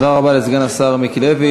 תודה רבה לסגן השר מיקי לוי.